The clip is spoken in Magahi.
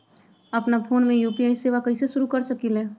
अपना फ़ोन मे यू.पी.आई सेवा कईसे शुरू कर सकीले?